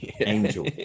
angel